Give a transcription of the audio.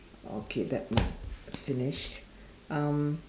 okay that one finished um